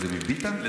זה מביטן?